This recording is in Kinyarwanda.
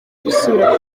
gusubira